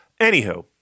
Anywho